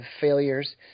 failures